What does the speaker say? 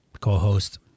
co-host